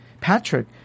Patrick